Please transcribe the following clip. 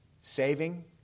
saving